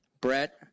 Brett